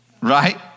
Right